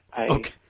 okay